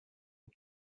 you